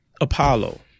Apollo